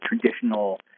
traditional